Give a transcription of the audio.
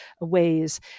ways